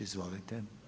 Izvolite.